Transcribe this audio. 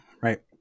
right